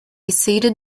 ceded